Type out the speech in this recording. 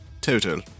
Total